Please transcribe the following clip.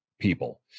people